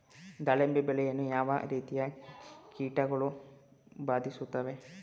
ದಾಳಿಂಬೆ ಬೆಳೆಯನ್ನು ಯಾವ ರೀತಿಯ ಕೀಟಗಳು ಬಾಧಿಸುತ್ತಿವೆ?